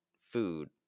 food